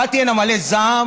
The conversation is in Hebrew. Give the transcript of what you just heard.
באתי הנה מלא זעם,